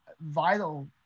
vital